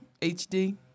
HD